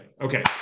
okay